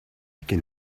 can